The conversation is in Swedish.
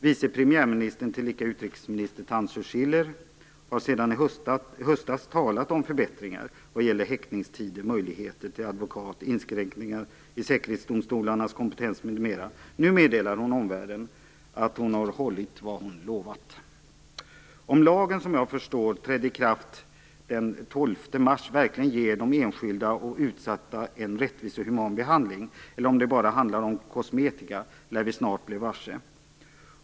Vice premiärministern, tillika utrikesminister, Tansu Çiller har sedan i höstas talat om förbättringar vad gäller häktningstider, möjligheter till advokat, inskränkningar i säkerhetsdomstolarnas kompetens m.m. Nu meddelar hon omvärlden att hon har hållit vad hon lovat. Om lagen, som såvitt jag förstår trädde i kraft den 12 mars, verkligen ger de enskilda och utsatta en rättvis och human behandling eller om det bara handlar om kosmetika lär vi snart bli varse.